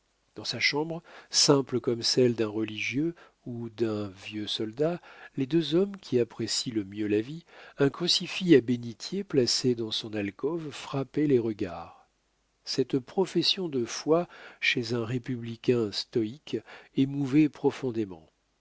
dans sa chambre simple comme celle d'un religieux ou d'un vieux soldat les deux hommes qui apprécient le mieux la vie un crucifix à bénitier placé dans son alcôve frappait les regards cette profession de foi chez un républicain stoïque émouvait profondément